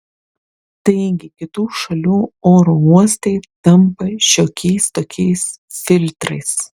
taigi kitų šalių oro uostai tampa šiokiais tokiais filtrais